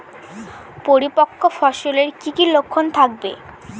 পরিপক্ক ফসলের কি কি লক্ষণ থাকবে?